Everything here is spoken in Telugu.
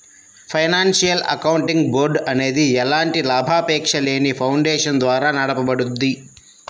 ఫైనాన్షియల్ అకౌంటింగ్ బోర్డ్ అనేది ఎలాంటి లాభాపేక్షలేని ఫౌండేషన్ ద్వారా నడపబడుద్ది